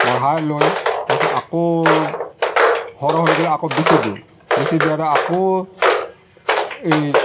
বঢ়াই লৈ তাৰপিছত আকৌ সৰহ হৈ গ'লে আকৌ বেচি দিওঁ বেচি দিয়া পাছত আকৌ এই